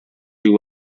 you